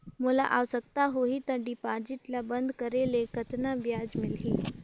मोला आवश्यकता होही त डिपॉजिट ल बंद करे ले कतना ब्याज मिलही?